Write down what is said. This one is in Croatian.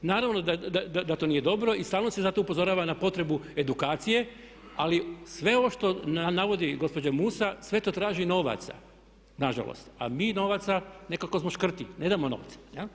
Naravno da to nije dobro i stalno se zato upozorava na potrebu edukacije ali sve ovo što navodi gospođa Musa, sve to traži novaca nažalost, a mi novaca, nekako smo škrti, ne damo novce.